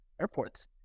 airports